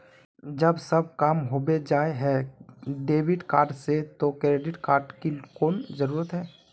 जब सब काम होबे जाय है डेबिट कार्ड से तो क्रेडिट कार्ड की कोन जरूरत है?